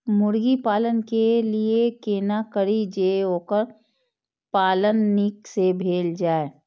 मुर्गी पालन के लिए केना करी जे वोकर पालन नीक से भेल जाय?